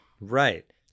Right